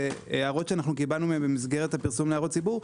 הערות שקיבלנו מהם במסגרת הפרסום להערות ציבור,